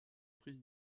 prise